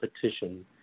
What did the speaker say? petition